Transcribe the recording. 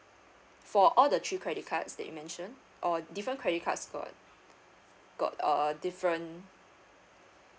for all the three credit cards that you mentioned or different credit cards got got uh different